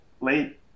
late